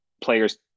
players